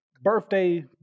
birthday